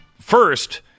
First